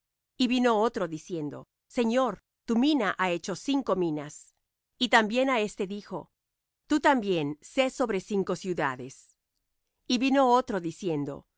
y vino otro diciendo señor tu mina ha hecho cinco minas y también á éste dijo tú también sé sobre cinco ciudades y vino otro diciendo